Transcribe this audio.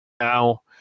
Now